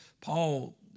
Paul